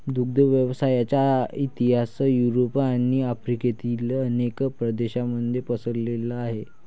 दुग्ध व्यवसायाचा इतिहास युरोप आणि आफ्रिकेतील अनेक प्रदेशांमध्ये पसरलेला आहे